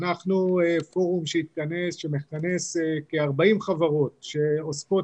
אנחנו פורום שמכנס כ-40 חברות שעוסקות